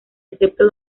excepto